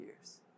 years